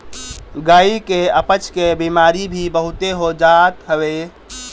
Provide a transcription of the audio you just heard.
गाई के अपच के बेमारी भी बहुते हो जात हवे